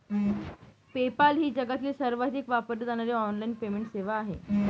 PayPal ही जगातील सर्वाधिक वापरली जाणारी ऑनलाइन पेमेंट सेवा आहे